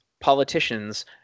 politicians